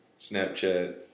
Snapchat